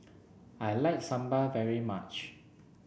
I like Sambar very much